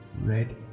red